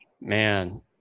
Man